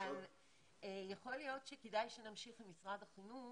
אבל יכול להיות שכדאי שנמשיך עם משרד החינוך,